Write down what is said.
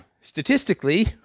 statistically